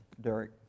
Derek